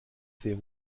sehr